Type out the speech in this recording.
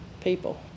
people